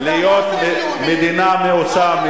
מדינה מאוסה,